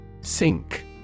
Sink